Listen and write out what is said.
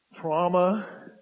trauma